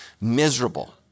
miserable